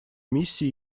миссии